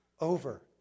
over